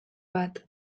bat